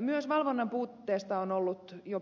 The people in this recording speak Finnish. myös valvonnan puutteesta on ollut jo